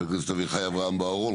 חבר הכנסת אביחי אברהם בוארון,